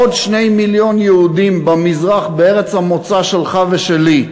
עוד 2 מיליון יהודים במזרח, בארץ המוצא שלך ושלי,